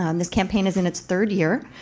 um this campaign is in its third year.